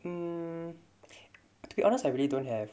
mm to be honest I really don't have